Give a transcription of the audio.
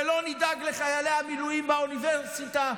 ולא נדאג לחיילי המילואים באוניברסיטה,